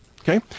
Okay